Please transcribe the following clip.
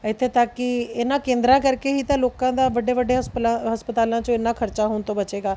ਇੱਥੇ ਤੱਕ ਕਿ ਇਹਨਾਂ ਕੇਂਦਰਾਂ ਕਰਕੇ ਹੀ ਤਾਂ ਲੋਕਾਂ ਦਾ ਵੱਡੇ ਵੱਡੇ ਹਸਪਲਾ ਹਸਪਤਾਲਾਂ ਚੋਂ ਇੰਨਾਂ ਖਰਚਾ ਹੋਣ ਤੋਂ ਬਚੇਗਾ